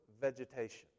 vegetation